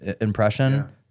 impression